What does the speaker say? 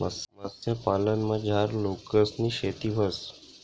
मत्स्यपालनमझार मोलस्कनी शेती व्हस